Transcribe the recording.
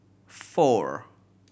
four